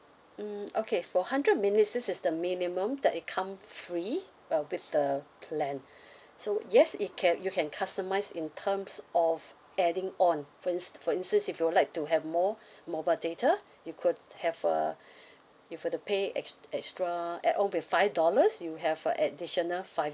mm okay for hundred minutes this is the minimum that it come free uh with the plan so yes it can you can customise in terms of adding on for ins~ for instance if you would like to have more mobile data you could have uh you have to pay ex~ extra add on with five dollars you have a additional five